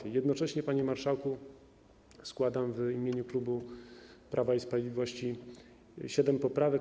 Jednocześnie, panie marszałku, składam w imieniu klubu Prawa i Sprawiedliwości siedem poprawek.